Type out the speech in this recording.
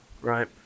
Right